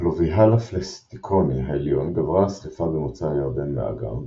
בפלוביאל הפליסטוקני העליון גברה הסחיפה במוצא הירדן מהאגם,